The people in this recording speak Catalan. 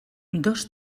dos